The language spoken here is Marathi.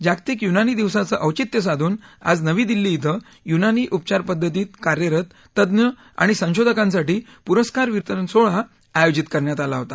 जागतिक यूनानी दिवसाचं औचित्य साधून आज नवी दिल्ली इथं युनानी उपचार पद्धतीत कार्यरत तज्ञ आणि संशोधकासाठी पुरस्कार वितरण सोहळा आयोजित करण्यात आला होता